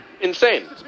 Insane